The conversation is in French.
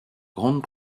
grandes